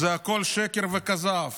זה הכול שקר וכזב.